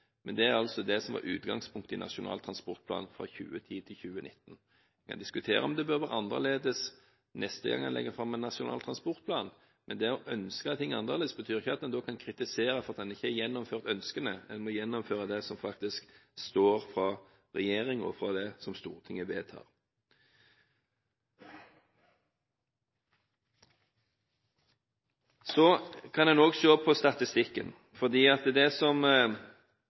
bør være annerledes neste gang en legger fram en nasjonal transportplan, men det å ønske ting annerledes betyr ikke at en så kan kritisere når ønskene ikke blir gjennomført. En må gjennomføre det som faktisk står i planen fra regjeringen, og utfra det som Stortinget vedtar. Så kan en òg se på statistikken, fordi det en måler på, er ofte at andelen som transporteres, er blitt redusert. Da er det verdt merke seg at det en måler på, er på NOR-registrerte skip som